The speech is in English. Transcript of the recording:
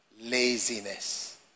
laziness